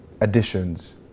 additions